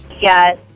Yes